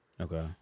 Okay